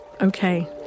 Okay